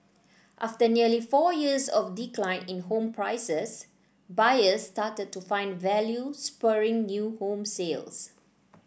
after nearly four years of decline in home prices buyers started to find value spurring new home sales